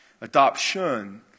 Adoption